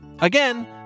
Again